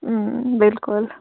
بِلکُل